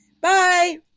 Bye